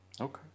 Okay